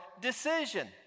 decision